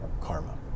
Karma